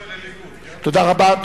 של הליכוד, תודה רבה.